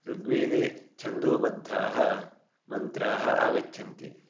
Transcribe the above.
ऋग्वेदे छन्दोबद्धाः मन्त्राः आगच्छन्ति